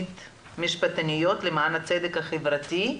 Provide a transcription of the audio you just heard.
משפטניות למען הצדק החברתי.